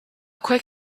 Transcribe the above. quick